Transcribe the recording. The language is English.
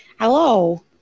Hello